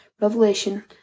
revelation